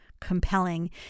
compelling